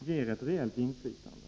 ger ett reellt inflytande?